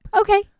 Okay